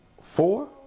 four